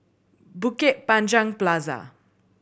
Bukit Panjang Plaza